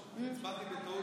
האזרחות (תיקון,